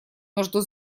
между